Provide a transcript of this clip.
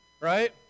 right